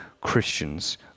Christians